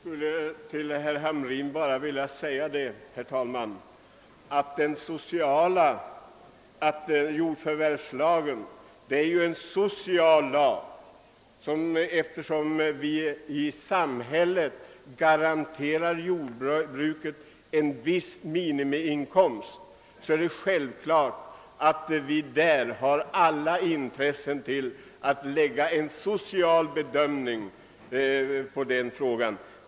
Herr talman! Jordförvärvslagen är ju, herr Hamrin i Kalmar, en social lag. Eftersom vi i vårt samhälle garanterar jordbruket en viss minimiinkomst är det självklart att vi alla har intresse av att göra en social bedömning därvidlag.